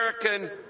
American